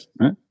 Right